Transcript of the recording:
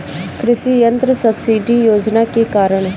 कृषि यंत्र सब्सिडी योजना के कारण?